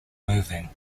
moving